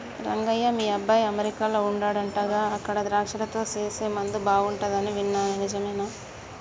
రంగయ్య మీ అబ్బాయి అమెరికాలో వుండాడంటగా అక్కడ ద్రాక్షలతో సేసే ముందు బాగుంటది అని విన్నాను నిజమేనా